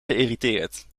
geïrriteerd